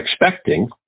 expecting